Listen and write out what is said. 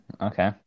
okay